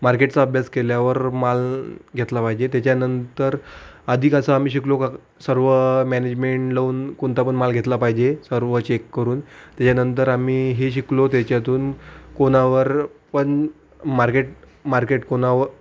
मार्केटचा अभ्यास केल्यावर माल घेतला पाहिजे त्याच्यानंतर अधिक असं आम्ही शिकलो का सर्व मॅनेजमेंट लावून कोणता पण माल घेतला पाहिजे सर्व चेक करून त्याच्यानंतर आम्ही हे शिकलो त्याच्यातून कोणावर पण मार्केट मार्केट कोणावरर